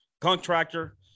contractor